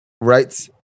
Right